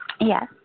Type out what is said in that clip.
yes